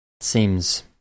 Seems